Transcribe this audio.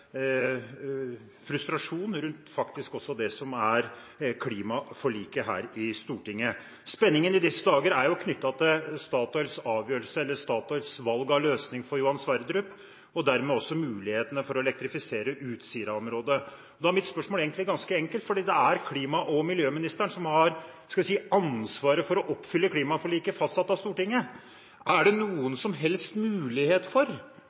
frustrasjon rundt det som faktisk er klimaforliket her i Stortinget. Spenningen i disse dager er knyttet til Statoils avgjørelse – Statoils valg av løsning – for Johan Sverdrup-feltet, og dermed også mulighetene for å elektrifisere Utsira-området. Mitt spørsmål er egentlig ganske enkelt, for det er klima- og miljøministeren som har ansvaret for å oppfylle klimaforliket fastsatt av Stortinget. Er det noen som helst mulighet for